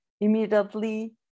immediately